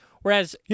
Whereas